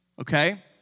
okay